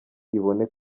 ibone